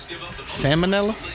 Salmonella